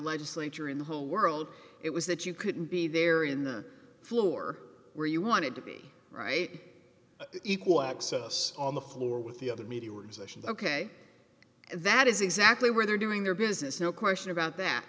legislature in the whole world it was that you couldn't be there in their floor where you wanted to be right equal access on the floor with the other media organizations ok that is exactly where they're doing their business no question about that